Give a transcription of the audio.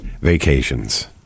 vacations